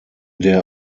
der